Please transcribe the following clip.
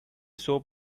soap